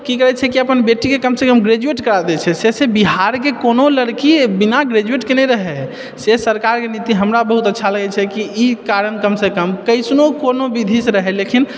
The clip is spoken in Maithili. की कहै छै कि अपन बेटी कऽ कमसँ कम ग्रेजुएट करा दै छै से छै बिहारके कोनो लड़की बिना ग्रेजूएट केले रहे से सरकारके नीति हमरा बहुत अच्छा लगै छै कि ई कारण कमसँ कम कैसनो कोनो विधि से रहे लेकिन